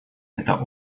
это